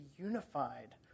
unified